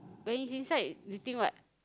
when he's inside you think what